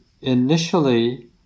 initially